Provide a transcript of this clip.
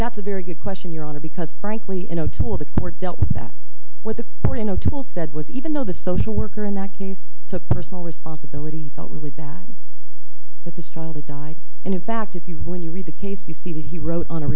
that's a very good question your honor because frankly in o'toole the court dealt with that with the more you know tool said was even though the social worker in that case took personal responsibility felt really bad that this child died and in fact if you when you read the case you see that he wrote on a